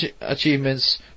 achievements